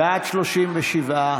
בעד, 37,